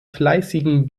fleißigen